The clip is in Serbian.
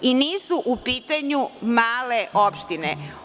Nisu u pitanju male opštine.